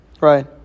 Right